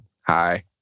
Hi